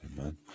amen